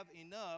enough